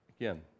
Again